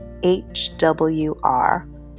HWR